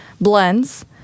blends